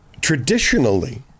traditionally